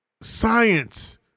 science